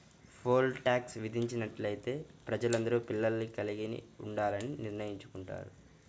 pole tax విధించినట్లయితే ప్రజలందరూ పిల్లల్ని కలిగి ఉండాలని నిర్ణయించుకుంటారు